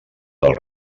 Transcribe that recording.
del